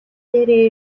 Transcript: дээрээ